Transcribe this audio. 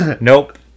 Nope